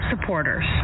supporters